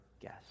guess